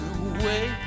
away